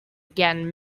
again